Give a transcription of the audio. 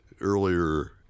earlier